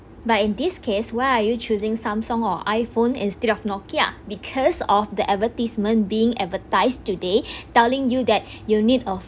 but in this case why are you choosing samsung or iphone instead of nokia because of the advertisement being advertised today telling you that you need of